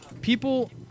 People